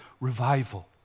revival